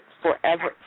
forever